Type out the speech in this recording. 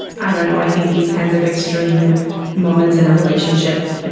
i don't know. i think these kinds of extreme moments in a relationship, ah